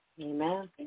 Amen